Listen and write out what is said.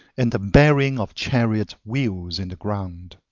and the burying of chariot wheels in the ground